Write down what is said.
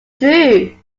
true